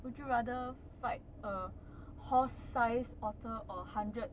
would you rather fight a horse size otter or hundred